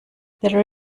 there